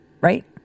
right